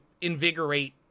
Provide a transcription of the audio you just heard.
invigorate